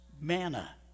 manna